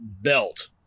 belt